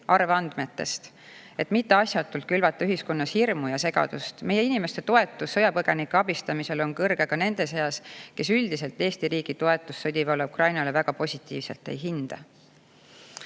arvandmetest, et mitte asjatult külvata ühiskonnas hirmu ja segadust. Meie inimeste toetus sõjapõgenike abistamisele on kõrge ka nende seas, kes üldiselt Eesti riigi toetust sõdivale Ukrainale väga positiivselt ei